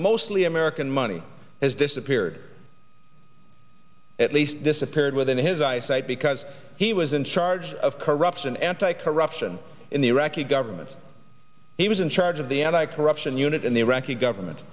american money has disappeared at least disappeared within his eyesight because he was in charge of corruption anti corruption in the iraqi government he was in charge of the anti corruption unit in the iraqi government